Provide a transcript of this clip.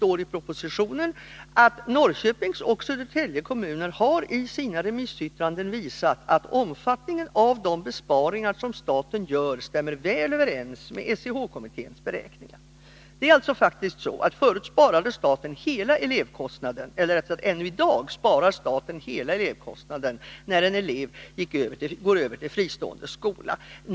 I propositionen står det: ”Norrköpings och Södertälje kommuner har i sina remissyttranden visat att omfattningen av de besparingar som staten gör stämmer väl överens med SEH-kommitténs beräkningar.” Det är faktiskt så att staten sparar hela elevkostnaden när en elev går över till en fristående skola.